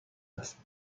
است